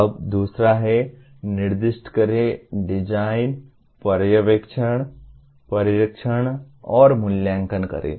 अब दूसरा है निर्दिष्ट करें डिज़ाइन पर्यवेक्षण परीक्षण और मूल्यांकन करें